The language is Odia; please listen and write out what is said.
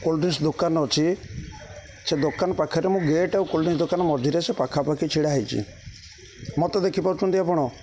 କୋଲ୍ଡ଼ ଡ୍ରିଙ୍କସ ଦୋକାନ ଅଛି ସେ ଦୋକାନ ପାଖରେ ମୁଁ ଗେଟ୍ ଆଉ କୋଲ୍ଡ଼ ଡ୍ରିଙ୍କସ ଦୋକାନ ମଝିରେ ସେ ପାଖାପାଖି ଛିଡ଼ା ହେଇଛି ମୋତେ ଦେଖିପାରୁଛନ୍ତି ଆପଣ